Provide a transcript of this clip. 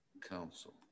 Council